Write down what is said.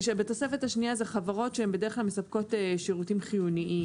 בתוספת השנייה אלה חברות שבדרך כלל מספקות שירותים חיוניים.